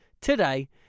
today